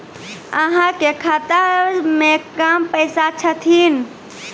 अहाँ के खाता मे कम पैसा छथिन?